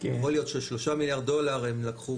יכול להיות ש-3 מיליארד דולר הם לקחו